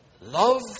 love